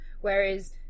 Whereas